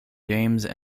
james